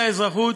חיי האזרחות,